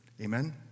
Amen